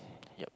yup